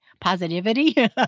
Positivity